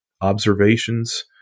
observations